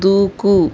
దూకు